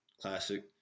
classic